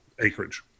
acreage